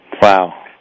Wow